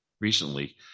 recently